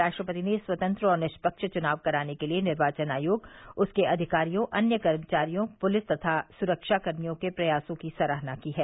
राष्ट्रपति ने स्वतंत्र और निष्पक्ष चुनाव कराने के लिए निर्वाचन आयोग उसके अधिकारियों अन्य कर्मचारियों पुलिस तथा सुरक्षाकर्मियों के प्रयासों की सराहना की है